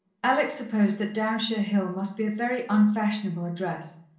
alex supposed that downshire hill must be a very unfashionable address,